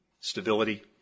stability